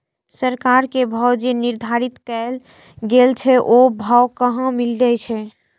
सरकार के भाव जे निर्धारित कायल गेल छै ओ भाव कहाँ मिले छै?